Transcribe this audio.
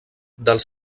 dels